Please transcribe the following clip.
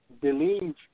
believe